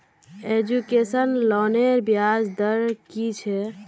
Education लोनेर ब्याज दर कि छे?